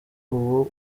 ubu